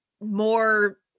more